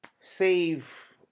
save